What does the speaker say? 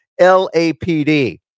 LAPD